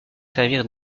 servir